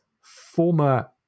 former